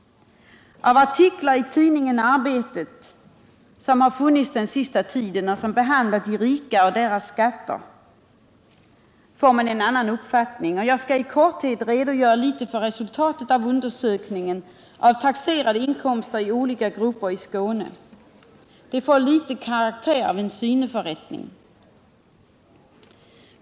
Av artiklar i tidningen Arbetet den senaste tiden om ”de rika och deras skatter” får man en annan uppfattning. Jag skall i korthet redogöra för resultatét av undersökningen av taxerade inkomster i olika grupper i Skåne. Min redogörelse får i någon mån karaktär av syneförrättning.